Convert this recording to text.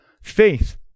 faith